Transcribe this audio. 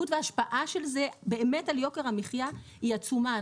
וההשפעה של זה באמת על יוקר המחיה היא עצומה.